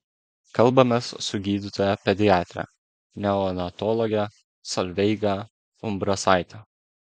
kalbamės su gydytoja pediatre neonatologe solveiga umbrasaite